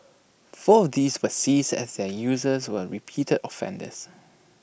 four of these were seized as their users were repeated offenders